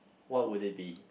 what would it be